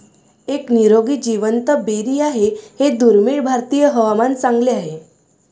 एक निरोगी जिवंत बेरी आहे हे दुर्मिळ भारतीय हवामान चांगले आहे